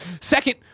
Second